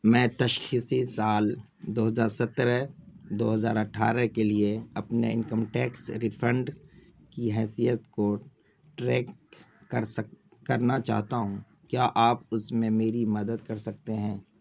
میں تشخیصی سال دو ہزار سترہ دو ہزار اٹھارہ کے لیے اپنے انکم ٹیکس ریفنڈ کی حیثیت کو ٹریک کر کرنا چاہتا ہوں کیا آپ اس میں میری مدد کر سکتے ہیں